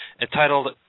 entitled